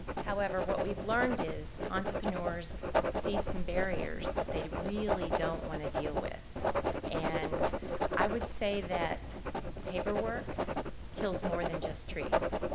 however, what we've learned is entrepreneurs see some barriers that they really don't want to deal with and i would say that paperwork kills more than just trees.